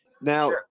Now